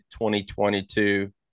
2022